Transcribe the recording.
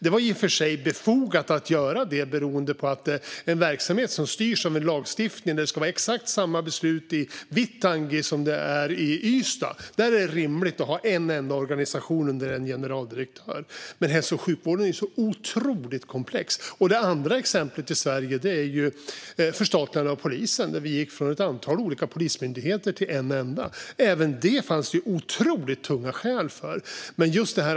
Det var i och för sig befogat att göra det med en verksamhet som styrs av en lagstiftning där det ska vara exakt samma beslut i Vittangi som det är i Ystad. Där är det rimligt att ha en enda organisation under en generaldirektör. Men hälso och sjukvården är ju otroligt komplex. Det andra exemplet i Sverige är förstatligandet av polisen. Vi gick från ett antal olika polismyndigheter till en enda. Även för det fanns det otroligt tunga skäl.